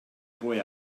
boy